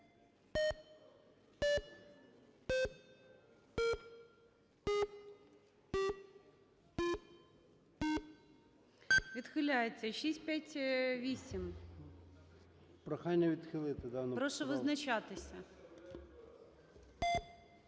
Відхиляється. 694. Прошу визначатися.